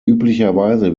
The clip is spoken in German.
üblicherweise